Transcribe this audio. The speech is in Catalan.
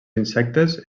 insectes